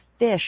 Fish